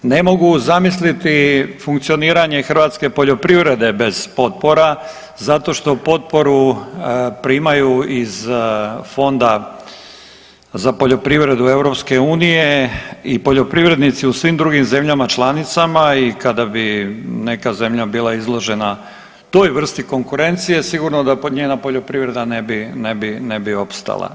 Ne mogu zamisliti funkcioniranje hrvatske poljoprivredne bez potpora zato što potporu primaju iz Fonda za poljoprivredu EU i poljoprivrednici u svim drugim zemljama članicama i kada bi neka zemlja bila izložena toj vrsti konkurencije sigurno da njena poljoprivreda ne bi, ne bi opstala.